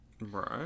Right